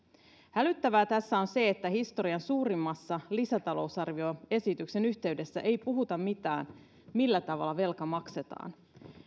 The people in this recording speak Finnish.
hälyttävää tässä on se että historian suurimman lisätalousarvioesityksen yhteydessä ei puhuta mitään millä tavalla velka maksetaan